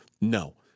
No